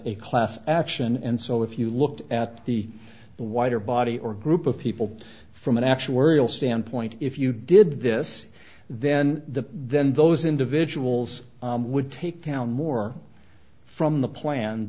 a class action and so if you looked at the the wider body or group of people from an actuarial standpoint if you did this then the then those individuals would take down more from the plan